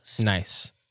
Nice